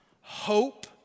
hope